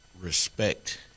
respect